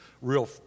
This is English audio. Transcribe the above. real